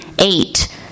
Eight